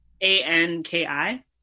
A-N-K-I